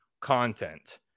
content